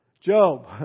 Job